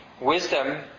wisdom